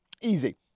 Easy